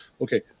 Okay